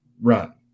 run